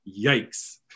Yikes